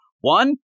One